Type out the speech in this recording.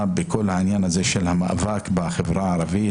בכל העניין הזה של המאבק בחברה הערבית,